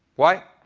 why?